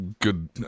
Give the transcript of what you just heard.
good